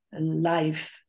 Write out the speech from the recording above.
life